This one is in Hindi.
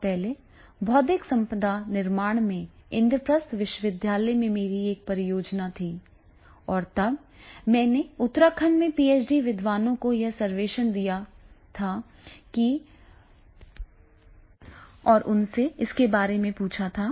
बहुत पहले बौद्धिक संपदा निर्माण में इंद्रप्रस्थ विश्वविद्यालय में मेरी एक परियोजना थी और तब मैंने उत्तराखंड में पीएचडी विद्वानों का यह सर्वेक्षण किया था और उनसे इसके बारे में पूछा था